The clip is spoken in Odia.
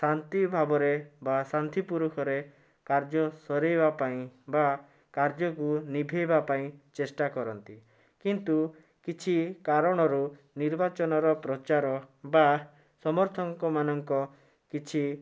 ଶାନ୍ତି ଭାବରେ ବା ଶାନ୍ତିପୁରୁଖରେ କାର୍ଯ୍ୟ ସରାଇବା ପାଇଁ ବା କାର୍ଯ୍ୟକୁ ନିଭେଇବା ପାଇଁ ଚେଷ୍ଟା କରନ୍ତି କିନ୍ତୁ କିଛି କାରଣରୁ ନିର୍ବାଚନର ପ୍ରଚାର ବା ସମର୍ଥକମାନଙ୍କ କିଛି